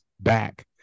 back